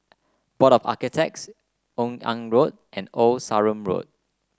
Board of Architects Yung An Road and Old Sarum Road